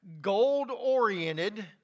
gold-oriented